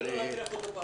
כאן